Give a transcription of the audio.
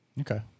Okay